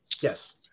Yes